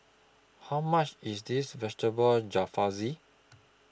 How much IS Vegetable Jalfrezi